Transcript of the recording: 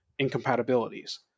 incompatibilities